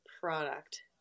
product